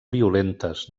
violentes